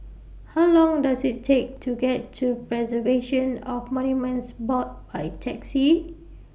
How Long Does IT Take to get to Preservation of Monuments Board By Taxi